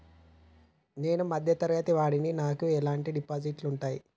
నేను మధ్య తరగతి వాడిని నాకు ఎటువంటి డిపాజిట్లు ఉంటయ్?